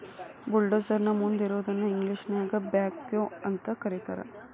bulldozer ನ ಮುಂದ್ ಇರೋದನ್ನ ಇಂಗ್ಲೇಷನ್ಯಾಗ ಬ್ಯಾಕ್ಹೊ ಅಂತ ಕರಿತಾರ್